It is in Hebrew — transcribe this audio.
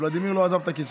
ולדימיר לא עזב את הכיסא,